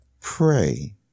pray